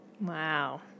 Wow